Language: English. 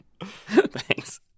thanks